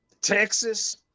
Texas